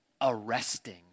arresting